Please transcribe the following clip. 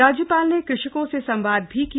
राज्यपाल ने कृषकों से संवाद भी किया